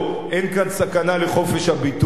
אין כאן סכנה לחופש הביטוי.